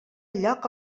lloc